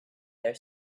their